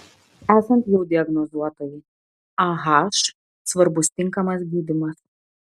esant jau diagnozuotai ah svarbus tinkamas gydymas